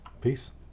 Peace